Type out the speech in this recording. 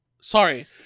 Sorry